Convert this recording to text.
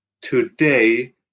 Today